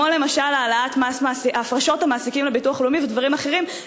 כמו למשל העלאת הפרשות המעסיקים לביטוח לאומי ודברים אחרים,